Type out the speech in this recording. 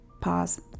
pause